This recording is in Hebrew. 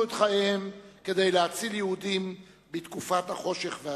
את חייהם כדי להציל יהודים בתקופת החושך והדיכוי.